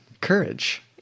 Courage